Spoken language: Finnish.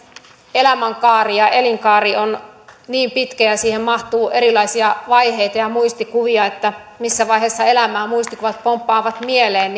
elämänkaari ja elinkaari on niin pitkä ja siihen mahtuu erilaisia vaiheita ja ja muistikuvia ja missä vaiheessa elämää muistikuvat pomppaavat mieleen